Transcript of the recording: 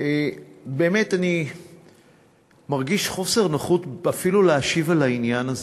באמת אני מרגיש חוסר נוחות אפילו להשיב על העניין הזה,